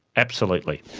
absolutely.